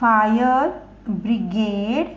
fire brigade